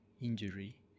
injury